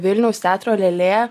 vilniaus teatro lėlė